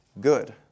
good